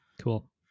Cool